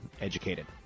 educated